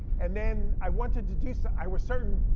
and then i want to deduce, i was certain,